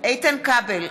איתן כבל,